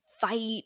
fight